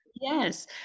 yes